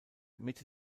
mitte